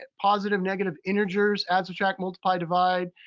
ah positive negative integers, add, subtract, multiply, divide,